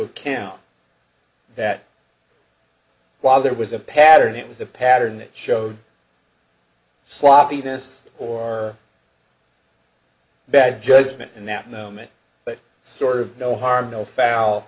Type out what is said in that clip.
account that while there was a pattern it was a pattern that showed sloppiness or bad judgment in that moment but sort of no harm no foul